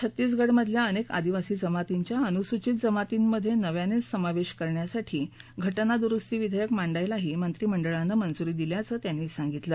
छत्तीसगडमधल्या अनेक आदिवासी जमातींच्या अनुसूचित जमातींमधे नव्यानं समावेश करण्यासाठी घटना दुरुस्ती विधेयक मांडायलाही मंत्रिमंडळानं मंजुरी दिली असल्याचं त्यांनी सांगितलं